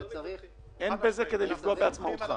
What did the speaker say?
אין בזה כדי לפגוע בעצמאותך.